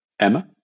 Emma